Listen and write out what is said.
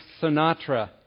Sinatra